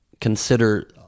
consider